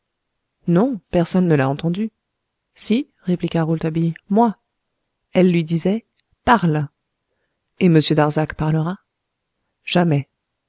non personne ne l'a entendu si répliqua rouletabille moi elle lui disait parle et m darzac parlera jamais